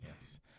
Yes